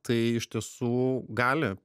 tai iš tiesų gali